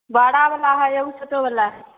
बारा वला हइ एगो छोटो वला